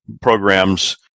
programs